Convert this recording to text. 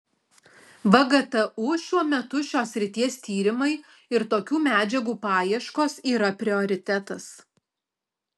vgtu šiuo metu šios srities tyrimai ir tokių medžiagų paieškos yra prioritetas